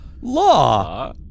Law